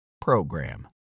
PROGRAM